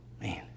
Man